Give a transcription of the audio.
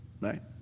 right